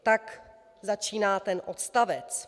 Tak začíná ten odstavec.